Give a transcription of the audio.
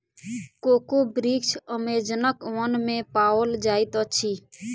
cocoa वृक्ष अमेज़नक वन में पाओल जाइत अछि